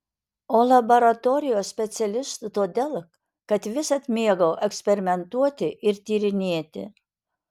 o laboratorijos specialistu todėl kad visad mėgau eksperimentuoti ir tyrinėti